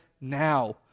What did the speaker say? now